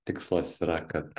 tikslas yra kad